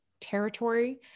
territory